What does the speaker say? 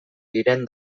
diren